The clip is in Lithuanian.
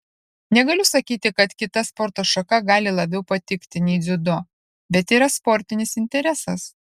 negaliu sakyti kad kita sporto šaka gali labiau patikti nei dziudo bet yra sportinis interesas